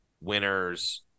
Winners